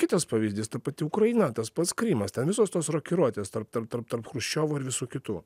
kitas pavyzdys ta pati ukraina tas pats krymas ten visos tos rokiruotės tarp tarp tarp tarp chruščiovo ir visų kitų